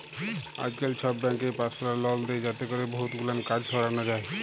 আইজকাল ছব ব্যাংকই পারসলাল লল দেই যাতে ক্যরে বহুত গুলান কাজ সরানো যায়